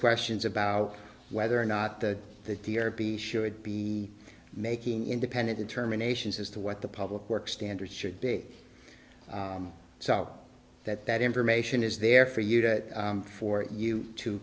questions about whether or not that the therapy should be making independent determinations as to what the public work standards should be so that that information is there for you to for you to